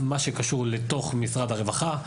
מה שקשור לתוך משרד הרווחה,